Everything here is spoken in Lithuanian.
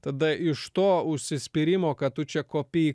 tada iš to užsispyrimo kad tu čia kopi į